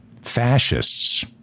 fascists